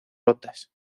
rotas